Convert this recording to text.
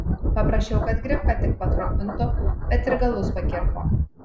paprašiau kad grifką tik patrumpintų bet ir galus pakirpo